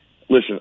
listen